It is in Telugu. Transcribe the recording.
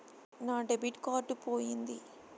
నా డెబిట్ కార్డు పోయింది